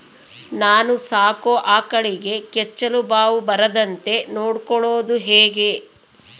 ನಾನು ಸಾಕೋ ಆಕಳಿಗೆ ಕೆಚ್ಚಲುಬಾವು ಬರದಂತೆ ನೊಡ್ಕೊಳೋದು ಹೇಗೆ?